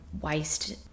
waste